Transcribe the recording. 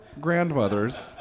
grandmothers